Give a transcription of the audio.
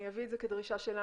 אני אביא את זה כדרישה שלנו,